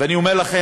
ואני אומר לכם,